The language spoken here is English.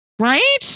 Right